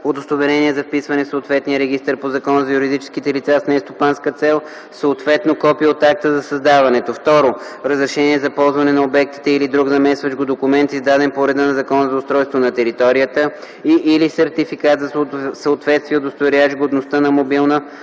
удостоверение за вписване в съответния регистър по Закона за юридическите лица с нестопанска цел, съответно копие от акта за създаването; 2. разрешение за ползване на обектите или друг заместващ го документ, издаден по реда на Закона за устройство на територията и/или сертификат за съответствие, удостоверяващ годността на мобилна